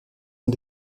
ont